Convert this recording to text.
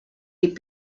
des